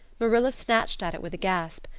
marilla snatched at it with a gasp.